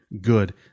good